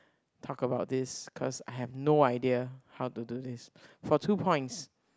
talk about this cause I have no idea how to do this for two points